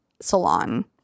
salon